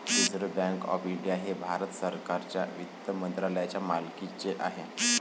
reserve Bank of India हे भारत सरकारच्या वित्त मंत्रालयाच्या मालकीचे आहे